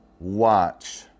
watch